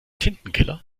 tintenkiller